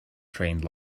trained